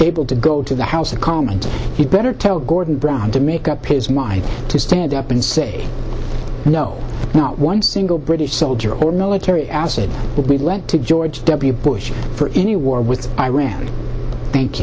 able to go to the house of commons you better tell gordon brown to make up his mind to stand up and say no not one single british soldier or military assets will be lent to george w bush for any war with iran thank